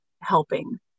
helping